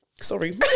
Sorry